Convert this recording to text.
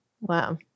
Wow